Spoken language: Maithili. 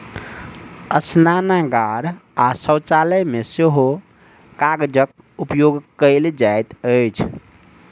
स्नानागार आ शौचालय मे सेहो कागजक उपयोग कयल जाइत अछि